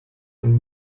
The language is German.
und